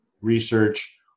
research